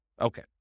Okay